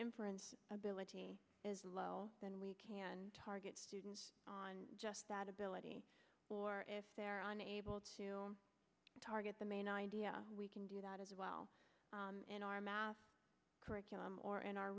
inference ability as well then we can target students on just that ability or if they're unable to target the main idea we can do that as well in our math curriculum or in our